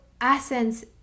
essence